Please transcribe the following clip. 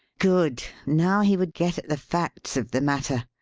good! now he would get at the facts of the matter,